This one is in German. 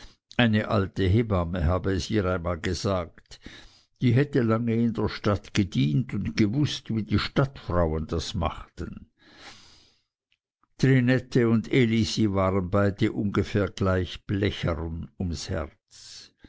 eine alte hebamme habe es ihr einmal gesagt diese hätte lange in der stadt gedient und gewußt wie die stadtfrauen das machten trinette und elisi waren beide ungefähr gleich blechern ums herz